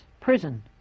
prison